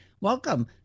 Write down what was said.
welcome